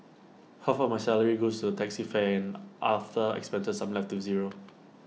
half of my salary goes to the taxi fare and after expenses I'm left to zero